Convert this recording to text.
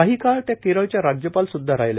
काही काळ त्या केरळच्या राज्यपाल सुद्धा राहिल्या